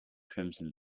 crimson